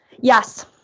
Yes